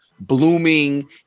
blooming